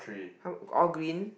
how all green